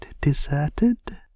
deserted